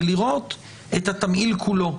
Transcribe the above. ולראות את התמהיל כולו.